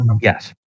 Yes